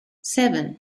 seven